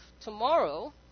tomorrow